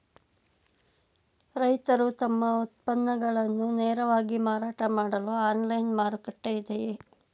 ರೈತರು ತಮ್ಮ ಉತ್ಪನ್ನಗಳನ್ನು ನೇರವಾಗಿ ಮಾರಾಟ ಮಾಡಲು ಆನ್ಲೈನ್ ಮಾರುಕಟ್ಟೆ ಇದೆಯೇ?